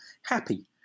happy